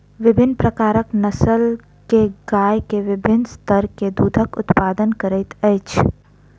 विभिन्न प्रकारक नस्ल के गाय के विभिन्न स्तर के दूधक उत्पादन करैत अछि